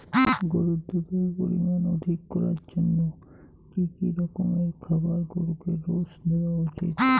গরুর দুধের পরিমান অধিক করার জন্য কি কি রকমের খাবার গরুকে রোজ দেওয়া উচিৎ?